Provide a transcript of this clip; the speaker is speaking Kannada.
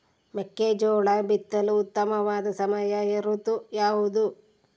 ಮೆಕ್ಕೆಜೋಳ ಬಿತ್ತಲು ಉತ್ತಮವಾದ ಸಮಯ ಋತು ಯಾವುದು?